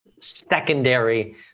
secondary